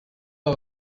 aba